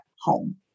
home